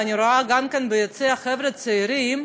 ואני רואה גם ביציע חבר'ה צעירים,